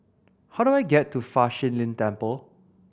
how do I get to Fa Shi Lin Temple